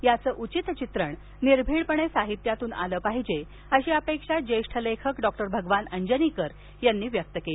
याचं उचित चित्रण निर्भीडपणे साहित्यातून आलं पाहिजे अशी अपेक्षा ष्ठ लेखक डॉक्टर भगवान अंजनीकर यांनी व्यक्त केली